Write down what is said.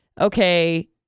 okay